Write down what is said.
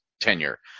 tenure